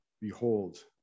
Behold